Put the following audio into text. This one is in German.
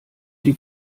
die